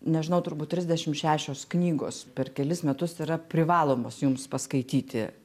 nežinau turbūt trisdešim šešios knygos per kelis metus yra privalomos jums paskaityti